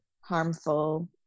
harmful